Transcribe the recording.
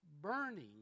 burning